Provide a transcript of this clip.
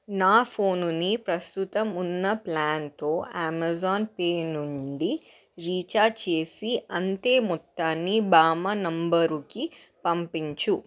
నా ఫోనుని ప్రస్తుతం ఉన్న ప్లాన్తో అమెజాన్ పే నుండి రీఛార్జ్ చేసి అంతే మొత్తాన్ని బామ్మ నంబరుకి పంపించు